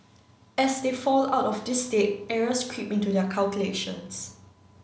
as they fall out of this state errors creep into their calculations